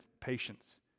patience